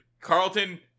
Carlton